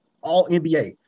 All-NBA